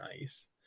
nice